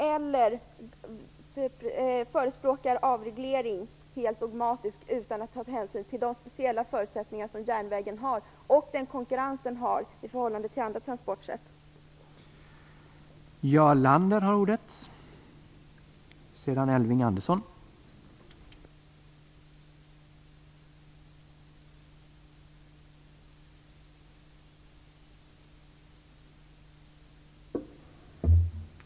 Vi förespråkar inte heller avreglering helt dogmatiskt, utan att ta hänsyn till de speciella förutsättningar och den konkurrens i förhållande till andra transportsätt som järnvägen har.